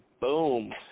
Boom